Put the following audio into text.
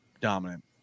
dominant